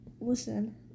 listen